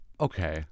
Okay